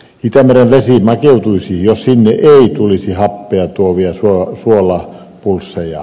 itämeren vesi makeutuisi jos sinne ei tulisi happea tuovia suolapulsseja